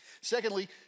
Secondly